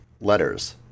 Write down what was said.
Letters